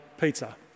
pizza